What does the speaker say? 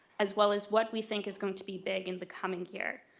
as well as what we think is going to be big in the coming year,